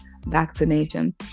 vaccination